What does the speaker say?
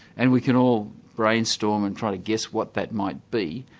and we can all brainstorm and try to guess what that might be.